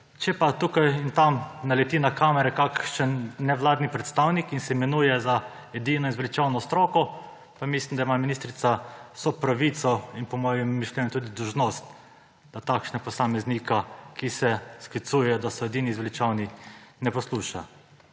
Če tukaj in tam naleti na kamere kakšen nevladni predstavnik in se imenuje za edino in zveličavno stroko, pa mislim, da ima ministrica vso pravico in po mojem mišljenju tudi dolžnost, da takšnih posameznikov, ki se sklicujejo, da so edini zveličavni, ne posluša.